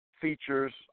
features